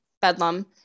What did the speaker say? Bedlam